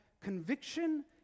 conviction